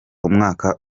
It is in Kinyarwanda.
umwaka